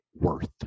worth